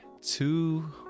two